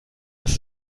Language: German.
ist